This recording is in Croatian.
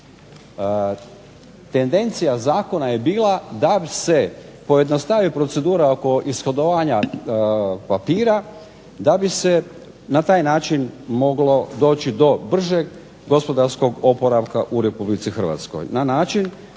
tendencija zakona je bila da se pojednostavi procedura oko ishodovanja papira da bi se na taj način moglo doći do bržeg gospodarskog oporavka u RH na